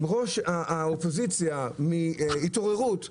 ראש האופוזיציה מהתעוררות בירושלים,